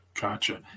Gotcha